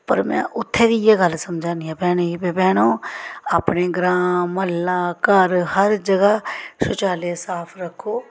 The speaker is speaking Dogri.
पर में उत्थें बी इ'यै गल्ल समझानी आं भैनें गी भैनो अपने ग्रांऽ म्हल्ला घर हर जगह शौचालय साफ रक्खो